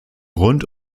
rund